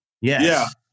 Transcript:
Yes